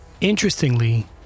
Interestingly